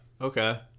okay